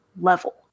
level